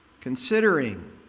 considering